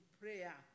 prayer